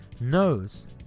knows